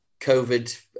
COVID